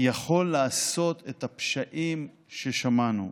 יכול לעשות את הפשעים ששמענו.